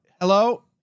hello